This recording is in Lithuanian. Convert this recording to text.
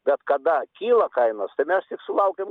bet kada kyla kainos tai mes sulaukiam